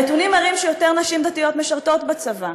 הנתונים מראים שיותר נשים דתיות משרתות בצבא,